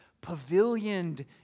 pavilioned